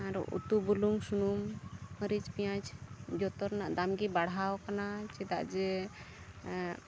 ᱟᱨ ᱩᱛᱩ ᱵᱩᱞᱩᱝ ᱥᱩᱱᱩᱢ ᱢᱟᱹᱨᱤᱪ ᱯᱮᱸᱭᱟᱡᱽ ᱡᱚᱛᱚ ᱨᱮᱱᱟᱜ ᱫᱟᱢᱜᱮ ᱵᱟᱲᱦᱟᱣ ᱠᱟᱱᱟ ᱪᱮᱫᱟᱜ ᱡᱮ